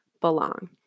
belong